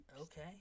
Okay